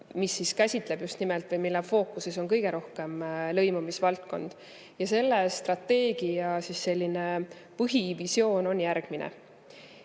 mis käsitleb just nimelt või mille fookuses on kõige rohkem lõimumisvaldkond. Selle strateegia põhivisioon on järgmine: